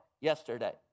yesterday